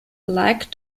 liked